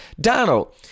Donald